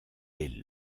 est